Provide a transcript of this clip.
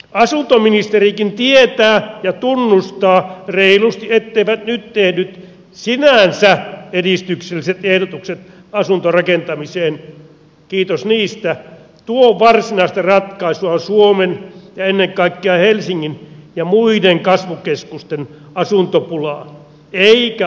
asuntoministerikin tietää ja tunnustaa reilusti etteivät nyt tehdyt sinänsä edistykselliset ehdotukset asuntorakentamiseen kiitos niistä tuo varsinaista ratkaisua suomen ja ennen kaikkea helsingin ja muiden kasvukeskusten asuntopulaan eikä asumisen kalleuteen